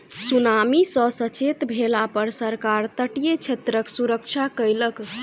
tsunami सॅ सचेत भेला पर सरकार तटीय क्षेत्रक सुरक्षा कयलक